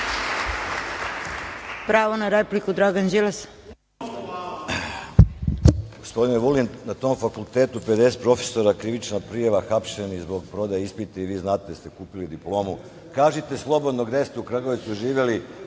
Pravo na repliku, Dragan Đilas.